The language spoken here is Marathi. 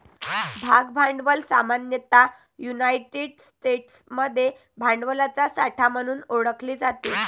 भाग भांडवल सामान्यतः युनायटेड स्टेट्समध्ये भांडवलाचा साठा म्हणून ओळखले जाते